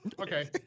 Okay